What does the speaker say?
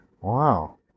Wow